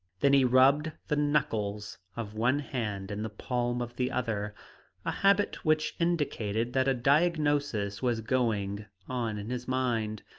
then he rubbed the knuckles of one hand in the palm of the other a habit which indicated that a diagnosis was going on in his mind.